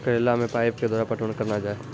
करेला मे पाइप के द्वारा पटवन करना जाए?